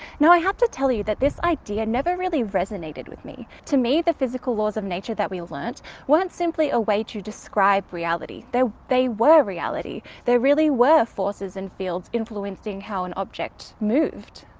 now i have to tell you that this idea never really resonated with me. to me, the physical laws of nature that we learned weren't simply a way to describe reality they they were reality. there really were forces and fields influencing how an object moved.